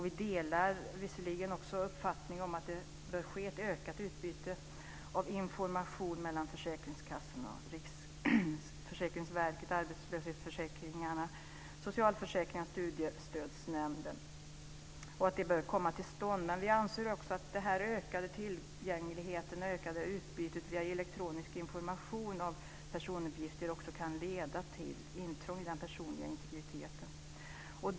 Vi delar visserligen uppfattningen att ett ökat utbyte av information mellan försäkringskassorna, Riksförsäkringsverket, arbetslöshetsförsäkringarna, socialförsäkringarna och Studiestödsnämnden bör komma till stånd, men vi anser också att den ökade tillgängligheten och det ökade utbytet av personuppgifter via elektronisk information kan leda till intrång i den personliga integriteten.